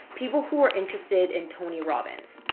people who are interested in tony robbins.